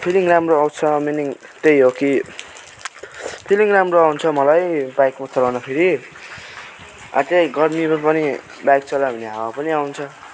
feeling राम्रो आउँछ meaning त्यही हो कि फिलिङ राम्रो आउँछ मलाई बाइकमा चलाउँदाखेरि अझ गर्मीहरूमा पनि बाइक चलायो भने हावा पनि आउँछ